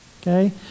okay